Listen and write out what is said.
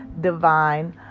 divine